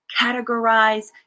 categorize